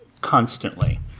Constantly